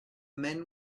men